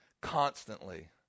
constantly